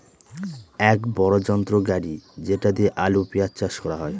এক বড়ো যন্ত্র গাড়ি যেটা দিয়ে আলু, পেঁয়াজ চাষ করা হয়